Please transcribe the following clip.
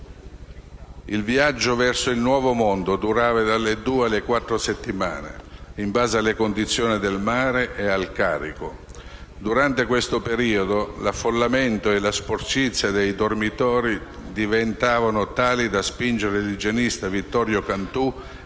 Il viaggio verso il nuovo mondo durava dalle due alle quattro settimane, in base alle condizioni del mare e al carico. Durante questo periodo, l'affollamento e la sporcizia dei dormitori diventavano tali da spingere l'igienista Vittorio Cantù